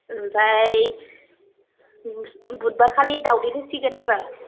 ओमफाय बुधबारखालि दाउदै होसिगोन आरो